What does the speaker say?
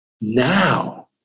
Now